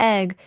Egg